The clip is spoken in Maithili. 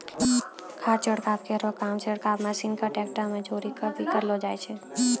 खाद छिड़काव केरो काम छिड़काव मसीन क ट्रेक्टर में जोरी कॅ भी करलो जाय छै